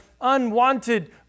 unwanted